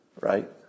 right